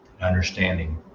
understanding